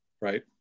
right